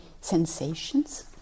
sensations